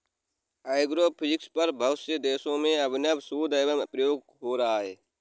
agrophysics पर बहुत से देशों में अभिनव शोध एवं प्रयोग हो रहा है